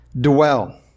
Dwell